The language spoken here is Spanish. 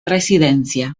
residencia